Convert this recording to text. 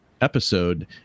episode